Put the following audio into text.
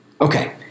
Okay